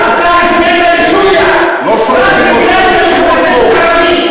אתה השווית לסוריה רק בגלל שאני חבר כנסת ערבי.